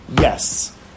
yes